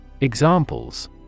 Examples